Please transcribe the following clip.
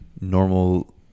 normal